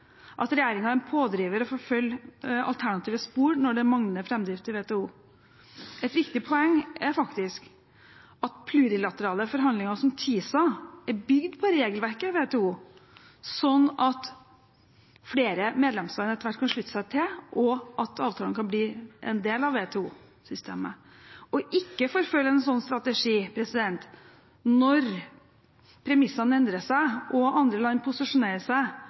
at regjeringen er en pådriver i å forfølge alternative spor når det er manglende framdrift i WTO. Et viktig poeng er faktisk at plurilaterale forhandlinger som TISA er bygd på regelverket i WTO, sånn at flere medlemsland etter hvert kan slutte seg til, og at avtalen kan bli en del av WTO-systemet. Ikke å forfølge en slik strategi når premissene endrer seg og andre land posisjonerer